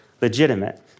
legitimate